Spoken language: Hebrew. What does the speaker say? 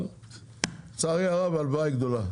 אבל לצערי הרב הריבית היא גבוהה.